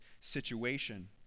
situation